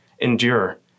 Endure